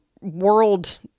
world